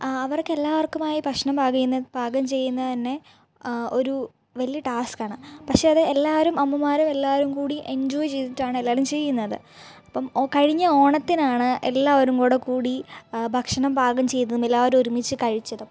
അവർക്കെല്ലാവർക്കുമായ ഭക്ഷണം പാകം ചെയ്യുന്നത് പാകം ചെയ്യുന്നത് തന്നെ ഒരു വലിയ ടാസ്ക്ക് ആണ് പക്ഷേ അത് എല്ലാവരും അമ്മമാരും എല്ലാവരും കൂടി എൻജോയ് ചെയ്തിട്ടാണ് എല്ലാവരും ചെയ്യുന്നത് അപ്പം കഴിഞ്ഞ ഓണത്തിനാണ് എല്ലാവരും കൂടെ കൂടി ഭക്ഷണം പാകം ചെയ്തും എല്ലാവരും ഒരുമിച്ച് കഴിച്ചത് അപ്പം